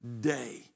day